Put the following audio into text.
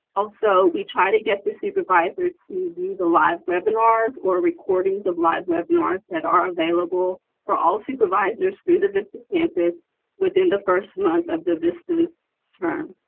also we try to get the supervisors to view the live webinars or recordings of live webinars that are available for all supervisors through the vista campus within the first month of the vista's term.